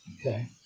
Okay